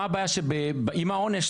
מה הבעיה שאם העונש,